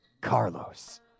Carlos